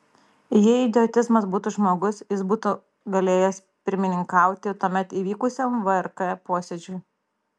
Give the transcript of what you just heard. jei idiotizmas būtų žmogus jis būtų galėjęs pirmininkauti tuomet įvykusiam vrk posėdžiui